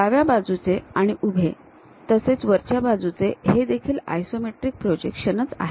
डाव्या बाजूंचे आणि उभे तसेच वरच्या बाजूचे हे देखील आयसोमेट्रिक प्रोजेक्शनचं आहे